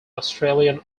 australian